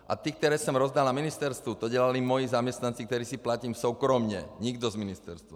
A ty, které jsem rozdal na ministerstvu, to dělali moji zaměstnanci, které si platím soukromě, nikdo z ministerstva.